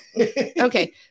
Okay